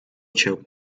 cię